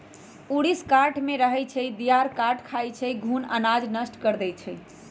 ऊरीस काठमे रहै छइ, दियार काठ खाई छइ, घुन अनाज नष्ट कऽ देइ छइ